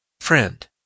friend